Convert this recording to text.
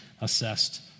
assessed